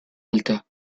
alta